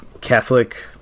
Catholic